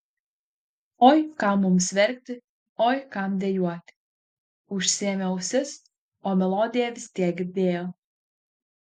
oi kam mums verkti oi kam dejuoti užsiėmė ausis o melodiją vis tiek girdėjo